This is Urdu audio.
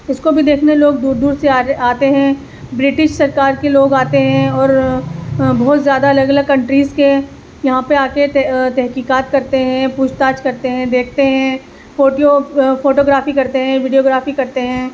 اس کو بھی دیکھنے لوگ دور دور سے آتے ہیں برٹش سرکار کے لوگ آتے ہیں اور بہت زیادہ الگ الگ کنٹریز کے یہاں پہ آ کے تحقیقات کرتے ہیں پوچھ تاچھ کرتے ہیں دیکھتے ہیں فوٹیو فوٹوگرافی کرتے ہیں ویڈیوگرافی کرتے ہیں